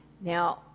Now